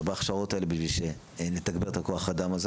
בהכשרות האלה בשביל שנתגבר את כוח האדם הזה,